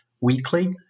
weekly